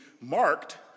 marked